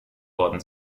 worden